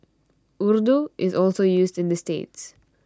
Urdu is also used in the states